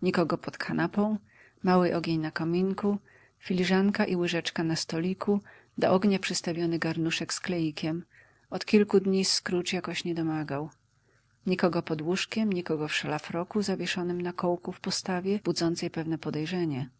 nikogo pod kanapą mały ogień na kominku filiżanka i łyżeczka na stoliku do ognia przystawiony garnuszek z kleikiem od kilku dni scrooge jakoś niedomagał nikogo pod łóżkiem nikogo w szlafroku zawieszonym na kołku w postawie budzącej pewne podejrzenie